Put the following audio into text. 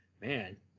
man